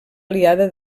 aliada